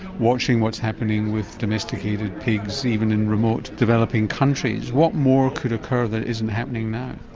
watching what's happening with domesticated pigs even in remote developing countries. what more could occur that isn't happening now?